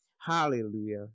Hallelujah